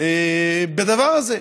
בדבר הזה.